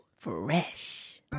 Fresh